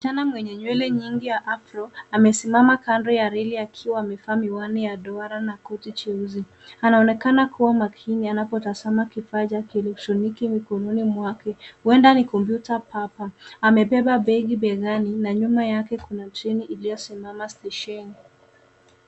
Msichana mwenye nywele nyingi ya afro amesimama kando ya reli akiwa amevaa miwani ya duara na koti jeusi. Anaonekana kuwa makini anapotazama kifaa cha kielektroniki mikononi mwake. Huenda ni komputa papa. Amebeba begi begani na nyuma yake kuna treni iliyosimama stesheni.